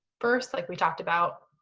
first, like we talked about,